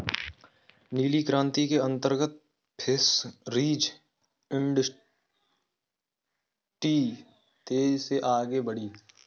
नीली क्रांति के अंतर्गत फिशरीज इंडस्ट्री तेजी से आगे बढ़ी